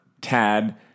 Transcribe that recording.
Tad